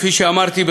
כפי שאמרתי,